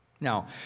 Now